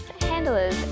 handlers